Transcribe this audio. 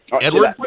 edward